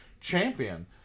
champion